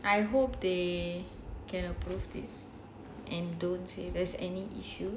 I hope they can approve this and don't say there's any issue